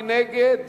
מי נגד?